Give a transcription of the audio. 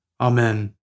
Amen